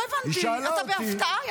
לא הבנתי, אתה בהפתעה?